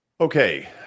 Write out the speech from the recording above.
Okay